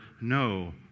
no